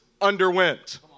underwent